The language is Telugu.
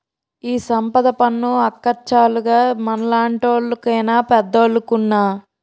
ఈ సంపద పన్ను అక్కచ్చాలుగ మనలాంటోళ్లు కేనా పెద్దోలుకున్నా